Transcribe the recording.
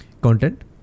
content